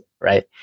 right